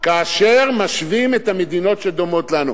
כאשר משווים את המדינות שדומות לנו.